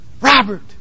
Robert